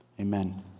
amen